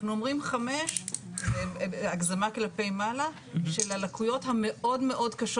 אנחנו אומרים 5% בהגזמה כלפי מעלה של הלקויות המאוד קשות